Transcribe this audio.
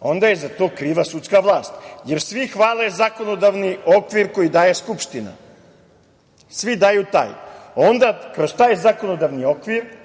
onda je za to kriva sudska vlast, jer svi hvale zakonodavni okvir koji daje Skupština, svi daju taj. Onda kroz taj zakonodavni okvir,